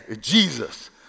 Jesus